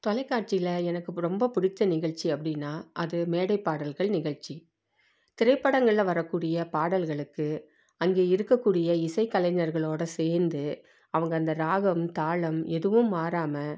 தொலைக்காட்சியில் எனக்கு ரொம்ப பிடிச்ச நிகழ்ச்சி அப்படினா அது மேடை பாடல்கள் நிகழ்ச்சி திரைப்படங்களில் வரக்கூடிய பாடல்களுக்கு அங்கே இருக்கக்கூடிய இசை கலைஞர்களோடய சேர்ந்து அவங்க அந்த ராகம் தாளம் எதுவும் மாறாமல்